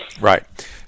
Right